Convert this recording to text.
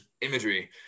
imagery